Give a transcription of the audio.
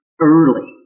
early